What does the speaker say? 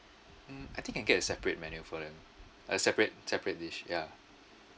mm I think I get a separate menu for them a separate separate dish yeah